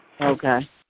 Okay